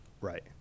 Right